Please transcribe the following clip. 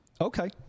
Okay